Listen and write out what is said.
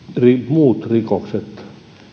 muut rikokset